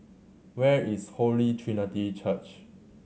where is Holy Trinity Church